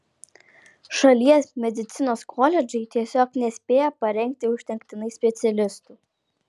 šalies medicinos koledžai tiesiog nespėja parengti užtektinai specialistų